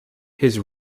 his